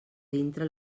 dintre